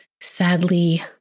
sadly